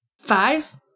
five